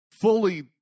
fully